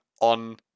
on